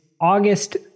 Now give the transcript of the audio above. August